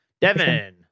Devin